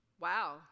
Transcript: Wow